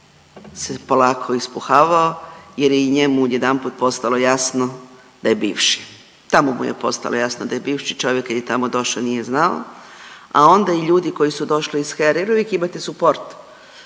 se polako ispuhavao jer je i njemu odjedanput postalo jasno da je bivši. Tamo mu je postalo jasno da je bivši, čovjek kad je tamo došao nije znao. A onda i ljudi koji su došli iz HERA-e jer uvijek imate suport